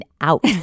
out